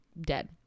dead